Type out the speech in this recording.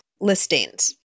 listings